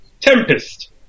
Tempest